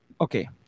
Okay